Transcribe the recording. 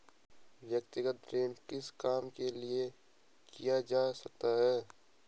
व्यक्तिगत ऋण किस काम के लिए किया जा सकता है?